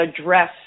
address